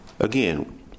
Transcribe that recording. again